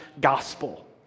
gospel